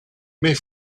met